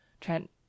Trent